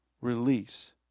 release